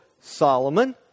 Solomon